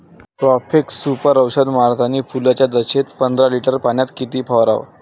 Profex Super औषध मारतानी फुलाच्या दशेत पंदरा लिटर पाण्यात किती फवाराव?